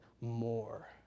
more